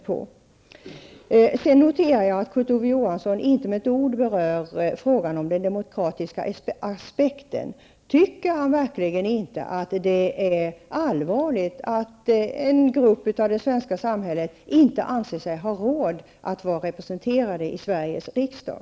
Jag noterade att Kurt Ove Johansson inte med ett ord berörde frågan om den demokratiska aspekten. Tycker han verkligen inte att det är allvarligt att en grupp i det svenska samhället inte anser sig ha råd att vara representerad i Sveriges riksdag?